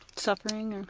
suffering,